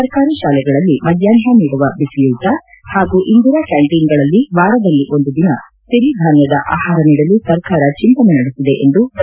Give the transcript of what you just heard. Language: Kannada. ಸರ್ಕಾರಿ ಶಾಲೆಗಳಲ್ಲಿ ಮಧ್ವಾಹ್ನ ನೀಡುವ ಬಿಸಿಯೂಟ ಹಾಗೂ ಇಂದಿರಾ ಕ್ಯಾಂಟನ್ಗಳಲ್ಲಿ ವಾರದಲ್ಲಿ ಒಂದು ದಿನ ಸಿರಿಧಾನ್ಯದ ಆಹಾರ ನೀಡಲು ಸರ್ಕಾರ ಚಿಂತನೆ ನಡೆಸಿದೆ ಎಂದು ಡಾ